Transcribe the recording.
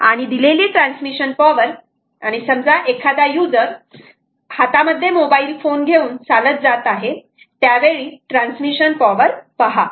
आणि दिलेली transmission power आणि समजा एखादा यूजर हातामध्ये मोबाईल फोन घेऊन चालत जात आहे त्यावेळी ट्रान्समिशन पावर पहा